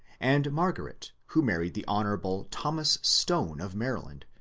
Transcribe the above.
and margaret, who married the hon. thomas stone of maryland,